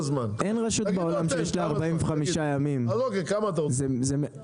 הזמנים של בדיקת מיזוג הם לא קצרים יותר